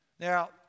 Now